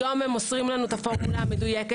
היום הם מוסרים לנו את הפורמולה המדויקת.